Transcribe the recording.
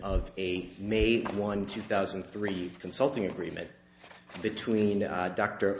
of a made one two thousand and three consulting agreement between a doctor